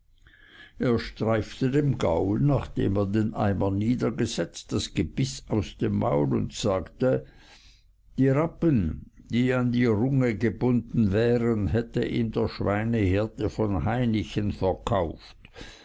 er streifte dem gaul nachdem er den eimer niedergesetzt das gebiß aus dem maul und sagte die rappen die an die runge gebunden wären hätte ihm der schweinehirte von hainichen verkauft